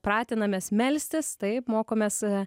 pratinamės melstis taip mokomės